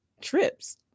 trips